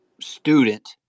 student